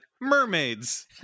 mermaids